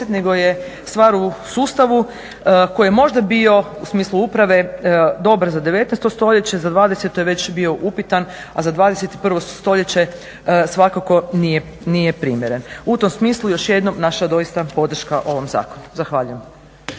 nego je stvar u sustavu koji je možda bio u smislu uprave dobar za 19 st., za 20. je bio već upitan, a za 21. stoljeće svakako nije primjeren. U tom smislu oš jednom naša doista podrška ovom zakonu. Zahvaljujem.